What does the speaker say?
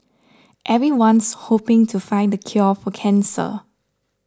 everyone's hoping to find the cure for cancer